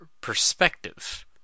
perspective